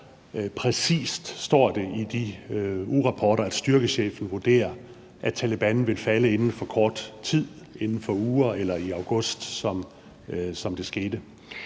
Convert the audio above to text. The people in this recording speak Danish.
præcist står det i de ugerapporter, at styrkechefen vurderer, at Taleban vil falde inden for kort tid, altså inden for uger eller i august, som det skete?